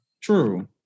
True